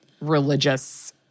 religious